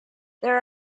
there